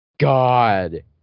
God